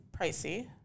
pricey